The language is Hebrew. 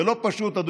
זה לא פשוט, ודאי.